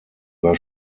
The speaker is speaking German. war